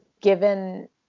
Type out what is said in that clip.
given